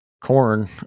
corn